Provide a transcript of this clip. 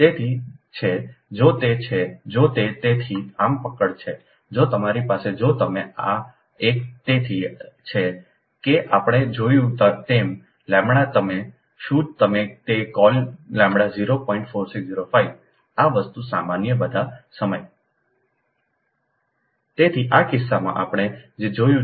તેથી છે જો તે છે જો તે તેથી આમ પકડ છે જો તમારી પાસે જો તમે આ એક તેથી છે કે આપણે જોયું તેમλતમે શું તમે તે કૉલλ04605 આ વસ્તુ સામાન્ય બધા સમય તેથી આ કિસ્સામાં આપણે જે જોયું છે તે છે કે 0 તે 0